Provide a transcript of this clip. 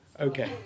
Okay